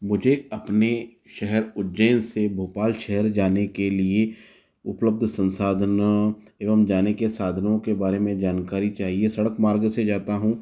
मुझे अपने शहर उज्जैन से भोपाल शहर जाने के लिए उपलब्ध संसाधनों एवं जाने के साधनों के बारे में जानकारी चाहिए सड़क मार्ग से जाता हूँ